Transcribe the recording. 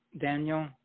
Daniel